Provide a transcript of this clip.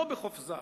לא בחופזה,